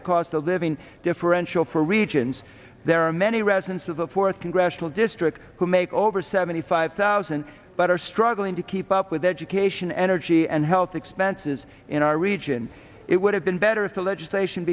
a cost of living differential for regions there are many residents of the fourth congressional district who make over seventy five thousand but are struggling to keep up with education energy and health expenses in our region it would have been better if the legislation